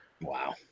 Wow